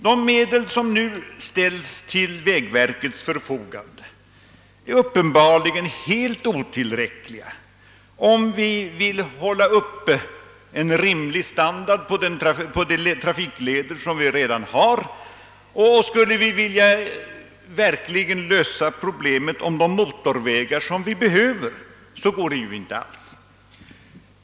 De medel som nu ställs till väg verkets förfogande är uppenbarligen helt otillräckliga, om vi vill upprätthålla en rimlig standard på de trafikleder som redan finns. Och skulle vi vilja verkligen lösa problemet rörande de motorvägar som vi behöver, så går ju detta inte alls.